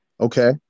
Okay